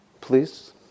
Please